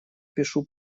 пишу